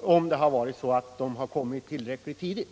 om de kommit tillräckligt tidigt.